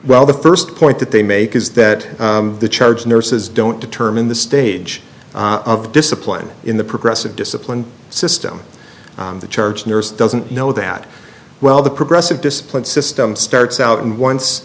well the first point that they make is that the charge nurses don't determine the stage of discipline in the progressive discipline system the charge nurse doesn't know that well the progressive discipline system starts out and once